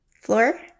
Floor